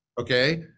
okay